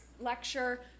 lecture